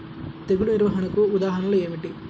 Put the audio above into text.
తెగులు నిర్వహణకు ఉదాహరణలు ఏమిటి?